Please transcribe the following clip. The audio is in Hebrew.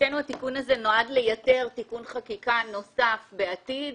מבחינתנו התיקון הזה נועד לייתר תיקון חקיקה נוסף בעתיד.